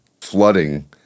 flooding